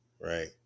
right